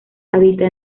habita